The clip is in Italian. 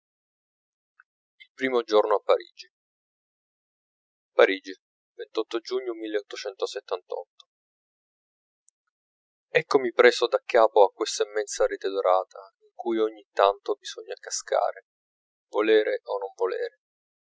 il primo giorno a parigi parigi giugno eccomi preso daccapo a quest'immensa rete dorata in cui ogni tanto bisogna cascare volere